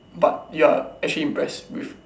but you actually impressed with